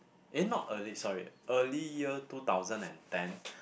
eh not early sorry early year two thousand and ten